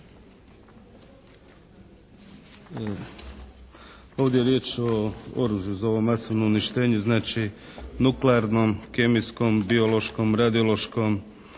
Ovdje je riječ je oružju za ovo masovno uništenje, znači nuklearnom, kemijskom, biološkom, radiološkom